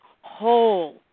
whole